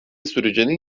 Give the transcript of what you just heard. sürecinin